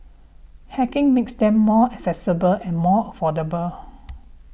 hacking makes them more accessible and more affordable